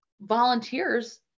volunteers